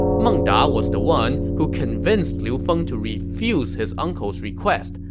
meng da was the one who convinced liu feng to refuse his uncle's request,